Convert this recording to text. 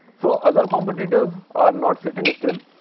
so, other competitors are not sitting still.